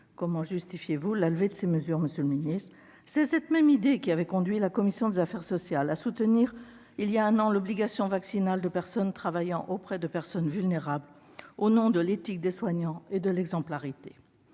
Comment justifiez-vous la levée de ces mesures, monsieur le ministre ? C'est cette même idée qui avait conduit la commission des affaires sociales à soutenir voilà un an l'obligation vaccinale de personnes travaillant auprès de personnes vulnérables, au nom de l'éthique des soignants et de l'exemplarité.